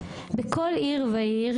בכל עיר ועיר,